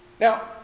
Now